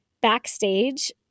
backstage